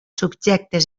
subjectes